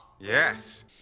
Yes